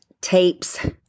tapes